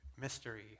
mystery